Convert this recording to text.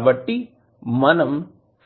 కాబట్టి మనం